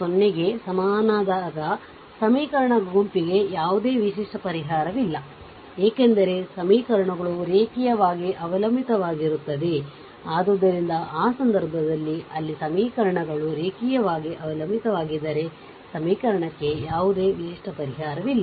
0ಗೆ ಸಮನಾದಾಗ ಸಮೀಕರಣಗಳ ಗುಂಪಿಗೆ ಯಾವುದೇ ವಿಶಿಷ್ಟ ಪರಿಹಾರವಿಲ್ಲ ಏಕೆಂದರೆ ಸಮೀಕರಣಗಳು ರೇಖೀಯವಾಗಿ ಅವಲಂಬಿತವಾಗಿರುತ್ತದೆ ಆದ್ದರಿಂದ ಆ ಸಂದರ್ಭದಲ್ಲಿ ಅಲ್ಲಿ ಸಮೀಕರಣಗಳು ರೇಖೀಯವಾಗಿ ಅವಲಂಬಿತವಾಗಿದ್ದರೆ ಸಮೀಕರಣಕ್ಕೆ ಯಾವುದೇ ವಿಶಿಷ್ಟ ಪರಿಹಾರವಿಲ್ಲ